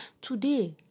Today